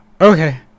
Okay